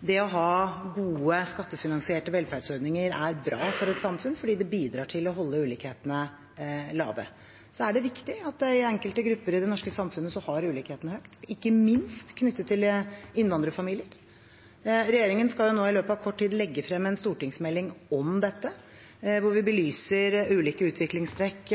det å ha gode, skattefinansierte velferdsordninger er bra for et samfunn, fordi det bidrar til å holde ulikhetene lave. Så er det riktig at ulikhetene har økt i enkelte grupper i det norske samfunnet – ikke minst knyttet til innvandrerfamilier. Regjeringen skal nå i løpet av kort tid legge frem en stortingsmelding om dette, hvor vi belyser ulike utviklingstrekk